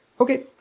Okay